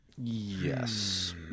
yes